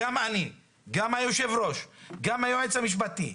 אני וגם היו"ר וגם היועץ המשפטי,